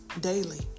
Daily